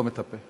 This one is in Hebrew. סתום את הפה.